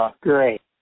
great